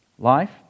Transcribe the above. Life